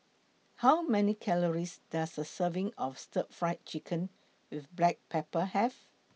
How Many Calories Does A Serving of Stir Fried Chicken with Black Pepper Have